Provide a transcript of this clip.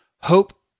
hope